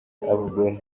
abagore